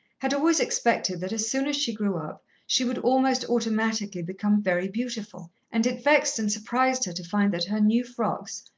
had always expected that as soon as she grew up she would almost automatically become very beautiful, and it vexed and surprised her to find that her new frocks,